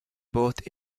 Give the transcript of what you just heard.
both